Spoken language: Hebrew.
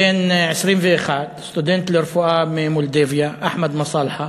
בן 21, סטודנט לרפואה ממולדביה, אחמד מסאלחה,